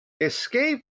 escape